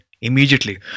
immediately